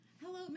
Hello